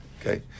okay